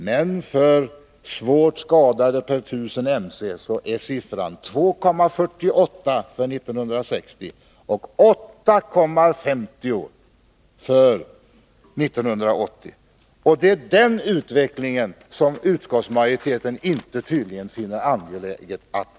Men för svårt skadade per 1000 MC är siffran 2,48 för 1960 och 8,50 för 1980. Det är den utvecklingen som utskottsmajoriteten tydligen inte finner det angeläget att bryta.